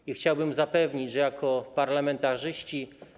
I chciałbym zapewnić, że jako parlamentarzyści.